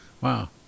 Wow